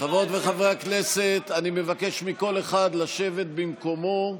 חברות וחברי הכנסת, אני מבקש מכל אחד לשבת במקומו.